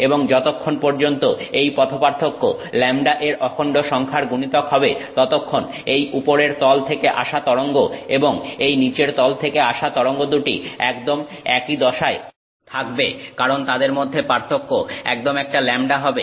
এবং যতক্ষণ পর্যন্ত এই পথপার্থক্য λ এর অখন্ড সংখ্যার গুণিতক হবে ততক্ষণ এই উপরের তল থেকে আসা তরঙ্গ এবং এই নিচের তল থেকে আসা তরঙ্গ দুটি একদম একই দশায় থাকবে কারণ তাদের মধ্যে পার্থক্য একদম একটা λ হবে